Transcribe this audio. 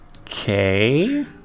Okay